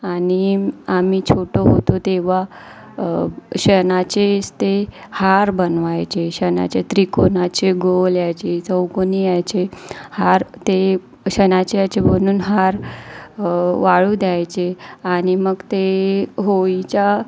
आणि आम्ही छोटं होतो तेव्हा शेणाचेच ते हार बनवायचे शेणाचे त्रिकोणाचे गोल याचे चौकोनी याचे हार ते शेणाचे याचे बनून हार वाळू द्यायचे आणि मग ते होळीच्या